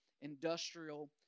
industrial